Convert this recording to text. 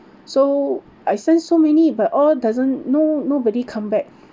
so I sent so many but all doesn't no nobody come